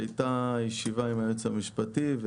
הייתה ישיבה עם היועץ המשפטי,